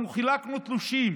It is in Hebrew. אנחנו חילקנו תלושים